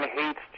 hates